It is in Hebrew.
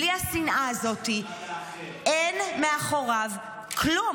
בלי השנאה הזאת אין מאחוריו כלום.